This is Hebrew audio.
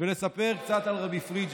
ולספר קצת על רבי פריג'א.